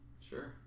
Sure